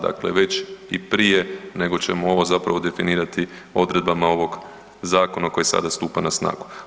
Dakle, već i prije nego ćemo ovo zapravo definirati odredbama ovog zakona koji sada stupa na snagu.